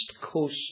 coast